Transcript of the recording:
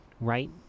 right